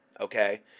okay